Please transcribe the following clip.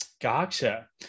Gotcha